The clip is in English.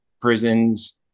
prisons